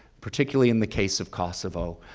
particularly in the case of kosovo,